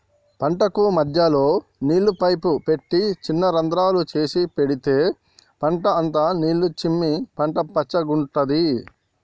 పంటకు మధ్యలో నీళ్ల పైపు పెట్టి చిన్న రంద్రాలు చేసి పెడితే పంట అంత నీళ్లు చిమ్మి పంట పచ్చగుంటది